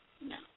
No